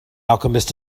alchemist